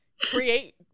create